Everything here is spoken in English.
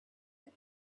had